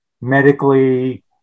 medically